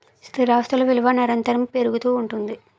స్థిరాస్తులు విలువ నిరంతరము పెరుగుతూ ఉంటుంది